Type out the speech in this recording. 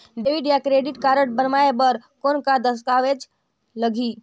Debit या credit card बनवाय बर कौन का दस्तावेज लगही?